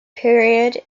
period